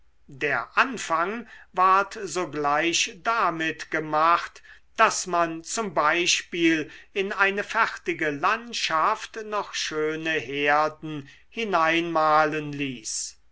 der anfang ward sogleich damit gemacht daß man z b in eine fertige landschaft noch schöne herden hineinmalen ließ